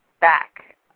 back